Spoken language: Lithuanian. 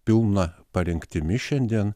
pilna parengtimi šiandien